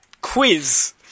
Quiz